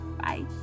Bye